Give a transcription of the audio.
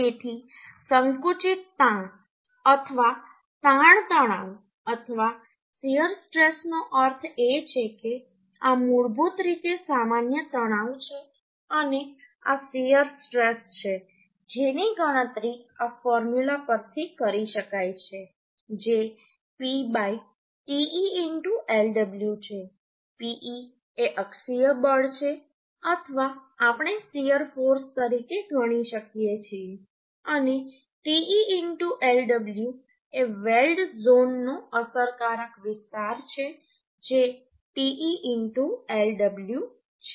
તેથી સંકુચિત તાણ અથવા તાણ તણાવ અથવા શીયર સ્ટ્રેસનો અર્થ એ છે કે આ મૂળભૂત રીતે સામાન્ય તણાવ છે અને આ શીયર સ્ટ્રેસ છે જેની ગણતરી આ ફોર્મ્યુલા પરથી કરી શકાય છે જે P te Lw છે Pe એ અક્ષીય બળ છે અથવા આપણે શીયર ફોર્સ તરીકે ગણી શકીએ છીએ અને te Lw એ વેલ્ડ ઝોનનો અસરકારક વિસ્તાર છે જે te Lw છે